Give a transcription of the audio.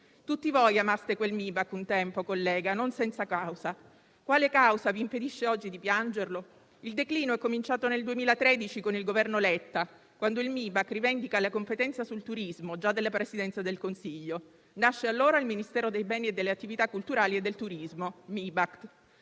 Tutti voi amaste quel Mibac un tempo, colleghi, non senza causa. Quale causa vi impedisce oggi di piangerlo? Il declino è cominciato nel 2013, con il Governo Letta, quando il Mibac rivendica la competenza sul turismo, già della Presidenza del Consiglio. Nasce allora il Ministero dei beni e delle attività culturali e del turismo